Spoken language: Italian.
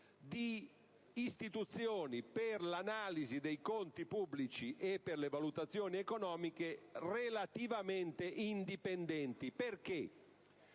di istituzioni per l'analisi dei conti pubblici e per le valutazioni economiche relativamente indipendenti. Perché?